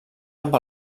amb